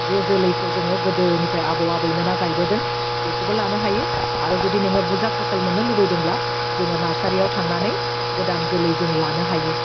जे जोलैखौ जोङो गोदोनिफ्राय आबौ आबैमोना गायबोदों बेखौबो लानो हायो आरो जुदि नोङो बुरजा फसल मोननो लुबैदोंब्ला जोङो नारसारियाव थांनानै गोदान जोलै जोङो लानो हायो